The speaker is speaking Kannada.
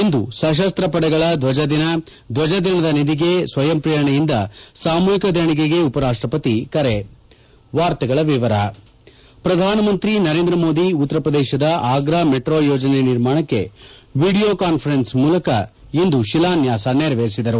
ಇಂದು ಸಶಸ್ತ್ರ ಪಡೆಗಳ ಧ್ಲಜ ದಿನ ಧ್ಲಜ ದಿನದ ನಿಧಿಗೆ ಸ್ವಯಂಪ್ರೇರಣೆಯಿಂದ ಸಾಮೂಹಿಕ ದೇಣಿಗೆಗೆ ಉಪರಾಷ್ಟ ಪತಿ ಕರೆ ಪ್ರಧಾನಮಂತ್ರಿ ನರೇಂದ್ರ ಮೋದಿ ಉತ್ತರ ಪ್ರದೇಶದ ಆಗ್ರಾ ಮೆಟ್ರೋ ಯೋಜನೆ ನಿರ್ಮಾಣಕ್ಕೆ ವಿಡಿಯೋ ಕಾನ್ಬರೆನ್ಸ್ ಮೂಲಕ ಇಂದು ಶಿಲಾನ್ಯಾಸ ನೆರವೇರಿಸಿದರು